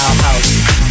house